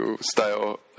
style